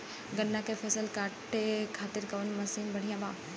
गन्ना के फसल कांटे खाती कवन मसीन बढ़ियां बा?